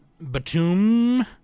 Batum